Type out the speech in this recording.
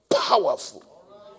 powerful